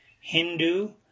Hindu